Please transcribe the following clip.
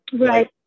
right